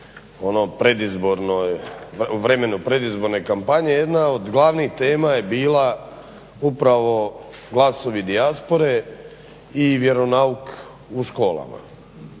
vremenu predizborne kampanje jedna od glavnih tema je bila upravo glasovi dijaspore i vjeronauk u školama